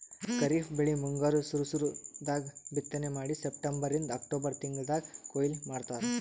ಖರೀಫ್ ಬೆಳಿ ಮುಂಗಾರ್ ಸುರು ಸುರು ದಾಗ್ ಬಿತ್ತನೆ ಮಾಡಿ ಸೆಪ್ಟೆಂಬರಿಂದ್ ಅಕ್ಟೋಬರ್ ತಿಂಗಳ್ದಾಗ್ ಕೊಯ್ಲಿ ಮಾಡ್ತಾರ್